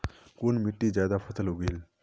कुन मिट्टी ज्यादा फसल उगहिल?